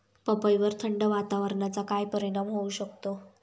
पपईवर थंड वातावरणाचा काय परिणाम होऊ शकतो?